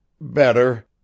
Better